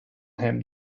him